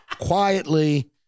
quietly